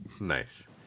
Nice